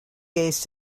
gaze